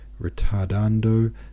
retardando